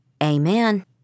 Amen